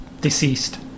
deceased